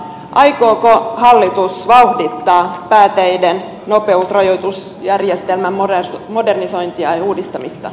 aikooko hallitus vauhdittaa pääteiden nopeusrajoitusjärjestelmän modernisointia ja uudistamista